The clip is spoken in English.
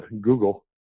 Google